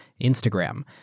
Instagram